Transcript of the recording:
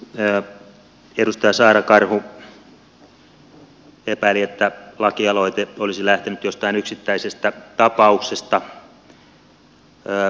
edustaja saara karhu epäili että lakialoite olisi lähtenyt jostain yksittäisestä tapauksesta